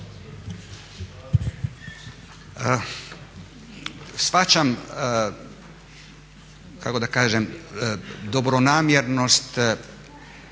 Shvaćam kako da kažem dobronamjernost